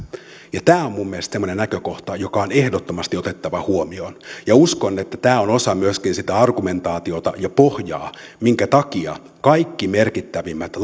tämä on minun mielestäni semmoinen näkökohta joka on ehdottomasti otettava huomioon ja uskon että tämä on myöskin osa sitä argumentaatiota ja pohjaa minkä takia kaikki merkittävimmät